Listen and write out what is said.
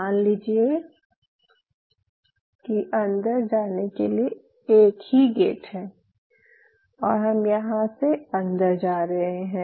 मान लीजिये कि अंदर जाने के लिए एक ही गेट है और हम यहाँ से अंदर जा रहे हैं